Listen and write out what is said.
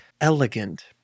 Elegant